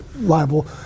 liable